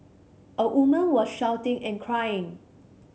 a woman was shouting and crying